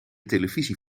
televisies